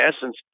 essence